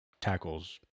tackles